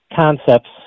concepts